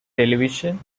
television